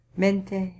mente